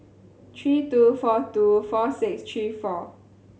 three two four two four six three four